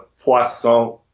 Poisson